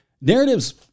narratives